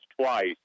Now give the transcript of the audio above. twice